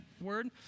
word